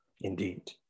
Indeed